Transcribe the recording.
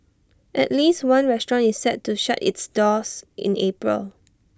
at least one restaurant is set to shut its doors in April